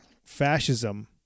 fascism